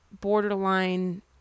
borderline